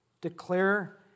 declare